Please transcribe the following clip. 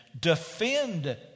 Defend